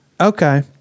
Okay